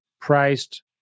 Priced